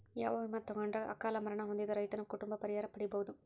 ಯಾವ ವಿಮಾ ತೊಗೊಂಡರ ಅಕಾಲ ಮರಣ ಹೊಂದಿದ ರೈತನ ಕುಟುಂಬ ಪರಿಹಾರ ಪಡಿಬಹುದು?